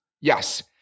Yes